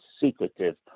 secretive